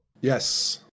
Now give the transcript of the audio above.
Yes